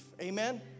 Amen